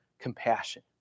compassion